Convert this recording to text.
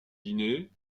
guinée